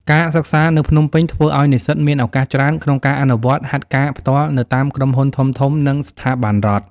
ការសិក្សានៅភ្នំពេញធ្វើឱ្យនិស្សិតមានឱកាសច្រើនក្នុងការអនុវត្តហាត់ការផ្ទាល់នៅតាមក្រុមហ៊ុនធំៗ និងស្ថាប័នរដ្ឋ។